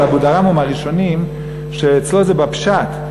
אבל אבודרהם הוא מהראשונים שאצלו זה בפשט.